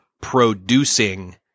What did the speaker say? producing